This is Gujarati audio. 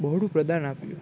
બહુ બધું પ્રદાન આપ્યું